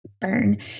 burn